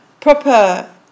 proper